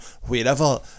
wherever